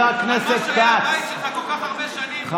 לעבור ממפלגה למפלגה, לא, אבל זה מיותר.